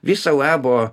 viso labo